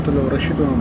toliau rašytumėm